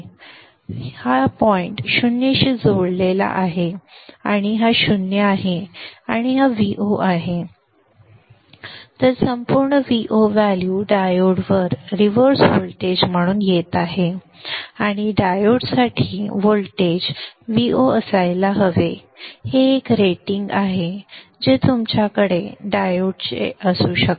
हा पॉइंट 0 शी जोडलेला आहे हा 0 आहे आणि हा Vo आहे तर संपूर्ण Vo व्हॅल्यू डायोडवर रिव्हर्स व्होल्टेज म्हणून येत आहे आणि डायोडसाठी व्होल्टेज संदर्भ वेळ 0326 व्होल्टेज Vo असायला हवे हे एक रेटिंग आहे जे तुमच्याकडे डायोडचे असू शकते